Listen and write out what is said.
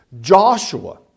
Joshua